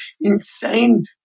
insane